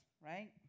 right